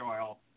oil